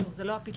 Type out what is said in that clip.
לא, זה לא הפתרון.